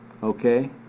Okay